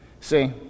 See